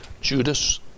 Judas